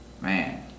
Man